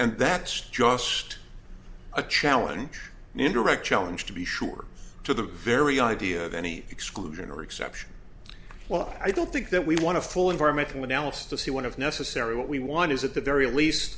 and that's just a challenge indirect challenge to be sure to the very idea of any exclusion or exception well i don't think that we want a full environmental analysis to see one of necessary what we want is at the very least